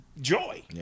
joy